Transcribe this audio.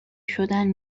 شدن